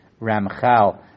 Ramchal